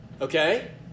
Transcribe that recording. Okay